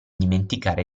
dimenticare